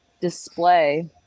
display